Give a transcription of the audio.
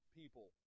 people